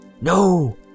No